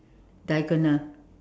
diagonal